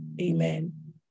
Amen